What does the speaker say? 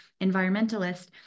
environmentalist